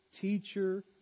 teacher